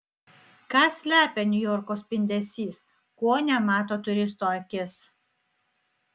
ką slepia niujorko spindesys ko nemato turisto akis